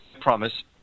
promise